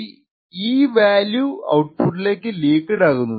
ഈ E value ആണ് ഔട്പുട്ടിലേക്കു ലീക്ക്ഡ് ആകുന്നത്